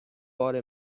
بار